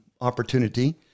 opportunity